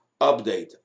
Update